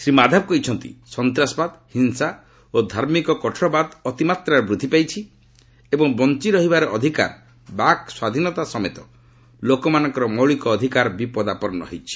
ଶ୍ରୀ ମାଧବ କହିଛନ୍ତି ସନ୍ତାସବାଦ ହିଂସା ଓ ଧାର୍ମିକ କଠୋରବାଦ ଅତିମାତ୍ରାରେ ବୃଦ୍ଧି ପାଇଛି ଏବଂ ବଞ୍ଚ ରହିବାର ଅଧିକାର ବାକ୍ ସ୍ୱାଧୀନତା ସମେତ ଲୋକମାନଙ୍କର ମୌଳିକ ଅଧିକାର ବିପଦାପନ୍ଧ ହୋଇଛି